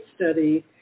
study